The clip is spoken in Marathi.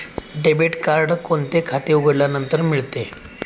डेबिट कार्ड कोणते खाते उघडल्यानंतर मिळते?